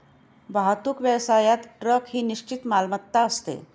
वाहतूक व्यवसायात ट्रक ही निश्चित मालमत्ता असते